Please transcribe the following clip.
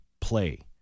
play